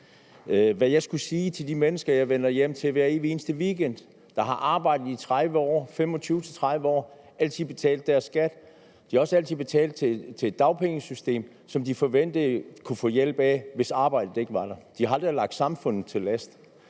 hvad jeg skulle sige til de mennesker, jeg vender hjem til hver evig eneste weekend, som har arbejdet i 25-30 år og altid betalt deres skat. De har også altid betalt til et dagpengesystem, som de forventede, at de kunne få hjælp af, hvis arbejdet ikke var der. De har aldrig ligget samfundet til last.